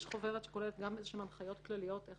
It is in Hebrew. יש חוברת שכוללת הנחיות כלליות איך